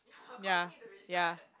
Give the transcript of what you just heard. yea yea